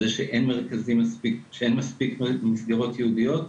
זה שאין מספיק מסגרות ייעודיות.